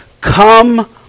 come